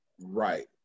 Right